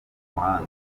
muhanda